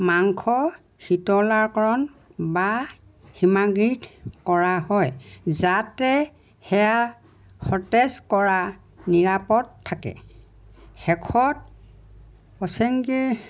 মাংস শীতলাকৰণ বা হীমাগৃত কৰা হয় যাতে সেয়া সতেজ কৰা নিৰাপদ থাকে শেষত প্ৰচেংগী